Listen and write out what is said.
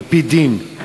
על-פי דין.